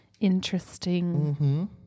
interesting